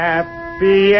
Happy